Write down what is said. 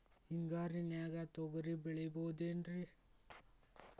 ಹಿಂಗಾರಿನ್ಯಾಗ ತೊಗ್ರಿ ಬೆಳಿಬೊದೇನ್ರೇ?